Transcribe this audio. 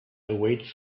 awaits